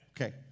Okay